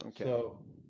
Okay